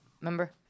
Remember